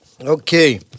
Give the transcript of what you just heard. Okay